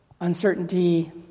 uncertainty